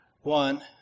One